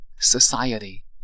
society